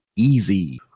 Easy